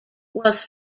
was